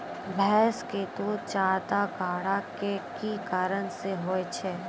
भैंस के दूध ज्यादा गाढ़ा के कि कारण से होय छै?